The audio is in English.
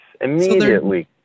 immediately